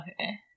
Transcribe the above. okay